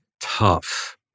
tough